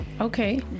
okay